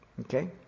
Okay